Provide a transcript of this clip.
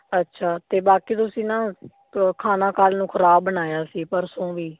ਅੱਛਾ ਅਤੇ ਬਾਕੀ ਤੁਸੀਂ ਨਾ ਖਾਣਾ ਕੱਲ੍ਹ ਨੂੰ ਖ਼ਰਾਬ ਬਣਾਇਆ ਸੀ ਪਰਸੋਂ ਵੀ